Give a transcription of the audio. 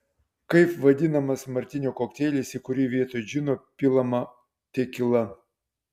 kaip vadinamas martinio kokteilis į kurį vietoj džino pilama tekila